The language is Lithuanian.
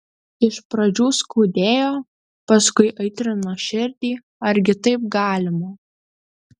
iš pradžių skaudėjo paskui aitrino širdį argi taip galima